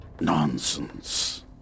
Nonsense